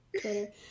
Twitter